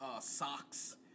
socks